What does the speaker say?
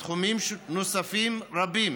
בתחומים רבים,